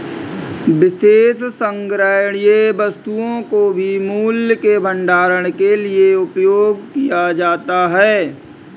विशेष संग्रहणीय वस्तुओं को भी मूल्य के भंडारण के लिए उपयोग किया जाता है